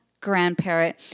grandparent